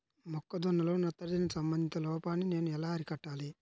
మొక్క జొన్నలో నత్రజని సంబంధిత లోపాన్ని నేను ఎలా అరికట్టాలి?